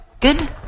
Good